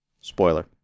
Spoiler